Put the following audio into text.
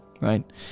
right